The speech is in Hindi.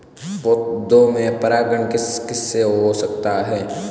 पौधों में परागण किस किससे हो सकता है?